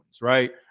right